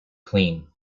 clean